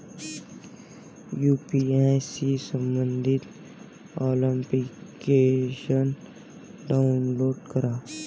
UPI शी संबंधित application download करा